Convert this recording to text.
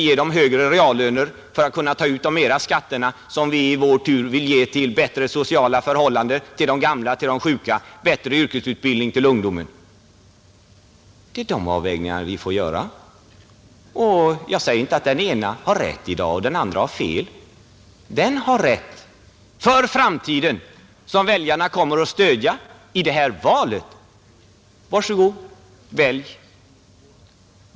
För att kunna ta ut de högre skatterna — som vi i vår tur vill satsa på bättre sociala förhållanden, på de gamla, de sjuka, på bättre yrkesutbildning till ungdomen — måste vi ge de anställda bättre reallöner. Det är de avvägningarna vi får göra. Jag säger inte att den ena sidan har rätt och den andra fel i dag. Den har rätt för framtiden som väljarna kommer att stödja i detta val. Var så god, välj!